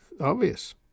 obvious